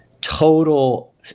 total –